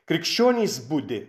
krikščionys budi